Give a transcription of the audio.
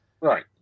Right